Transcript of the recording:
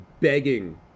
begging